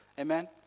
Amen